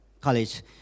college